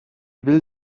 will